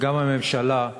וגם הממשלה,